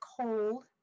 cold